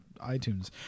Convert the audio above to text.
iTunes